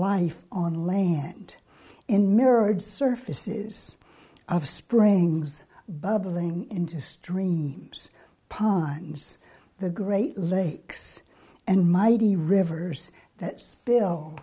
life on land in mirrored surfaces of springs bubbling into streams ponds the great lakes and mighty rivers that spill